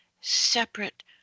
separate